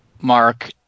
Mark